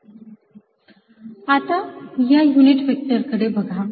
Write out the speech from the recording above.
sx2y2 tanϕyx xscosϕ yssinϕ आता या unit व्हेक्टरकडे बघा